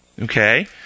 okay